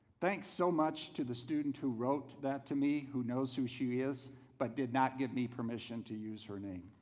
thanks so much to the student who wrote that to me, who knows who she is but did not give me permission to use her name.